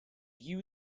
you